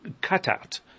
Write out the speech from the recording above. cutout